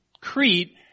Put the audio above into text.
Crete